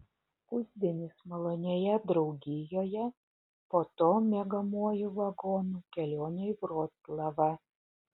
pusdienis malonioje draugijoje po to miegamuoju vagonu kelionė į vroclavą